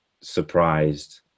surprised